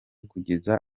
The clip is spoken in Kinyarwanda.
kugeza